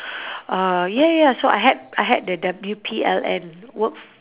uh ya ya ya so I had I had the W_P_L_N work